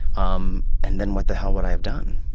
um and then what the hell would i have done?